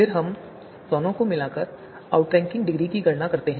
फिर हम इन दोनों को मिलाकर आउटरैंकिंग डिग्री की गणना करते हैं